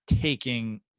taking